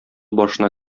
башына